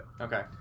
Okay